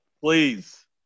please